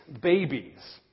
babies